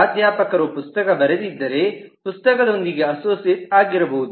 ಪ್ರಾಧ್ಯಾಪಕರು ಪುಸ್ತಕ ಬರೆದಿದ್ದರೆ ಪುಸ್ತಕದೊಂದಿಗೆ ಅಸೋಸಿಯೇಟ್ ಆಗಿರಬಹುದು